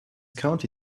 county